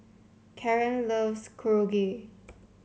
Karan loves Korokke